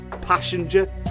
passenger